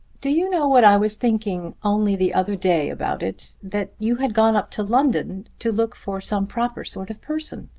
do you know what i was thinking only the other day about it that you had gone up to london to look for some proper sort of person.